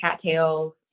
cattails